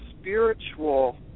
spiritual